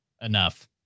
Enough